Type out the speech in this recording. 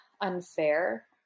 unfair